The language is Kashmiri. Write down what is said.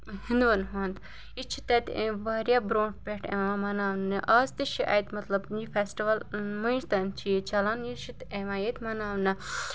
ہِندو وَن ہُنٛد یہِ چھِ تَتہِ واریاہ برونٛٹھ پٮ۪ٹھ یِوان مَناونہٕ اَز تہِ چھِ اَتہِ مطلب یہِ فیسٹٕوَل مٔنٛجتَن چھِ ییٚتہِ چَلان یہِ چھِ یِوان ییٚتہِ مَناونہٕ